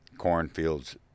cornfields